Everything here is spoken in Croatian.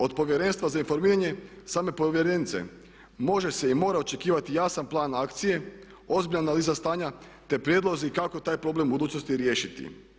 Od Povjerenstva za informiranje same povjerenice može se i mora očekivati jasan plan akcije, ozbiljna analiza stanja, te prijedlozi kako taj problem u budućnosti riješiti.